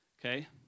Okay